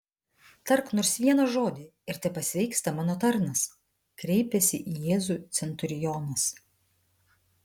tark nors vieną žodį ir tepasveiksta mano tarnas kreipiasi į jėzų centurionas